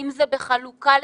אם זה בחלוקה למשמרות.